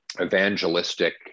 evangelistic